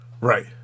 right